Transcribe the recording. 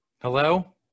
Hello